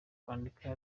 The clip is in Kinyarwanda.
kwandika